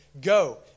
Go